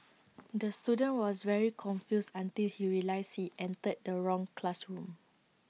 the student was very confused until he realised he entered the wrong classroom